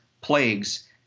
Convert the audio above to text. plagues